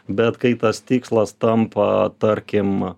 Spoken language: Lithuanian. bet kai tas tikslas tampa tarkim